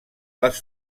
les